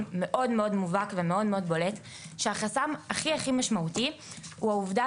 מאוד מובהק ומאוד בולט שהחסם הכי משמעותי הוא העובדה